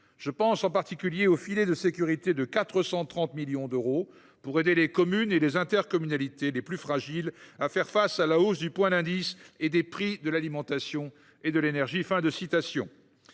Je pense en particulier au filet de sécurité de 430 millions d’euros pour aider les communes et les intercommunalités les plus fragiles à faire face à la hausse du point d’indice et des prix de l’alimentation et de l’énergie.